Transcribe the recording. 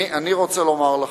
אני רוצה לומר לכם,